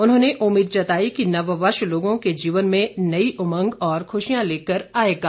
उन्होंने उम्मीद जताई कि नववर्ष लोगों के जीवन में नई उमंग और खुशियां लेकर आएगा